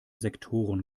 sektoren